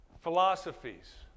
Philosophies